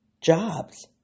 jobs